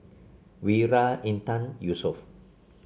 Wira Intan Yusuf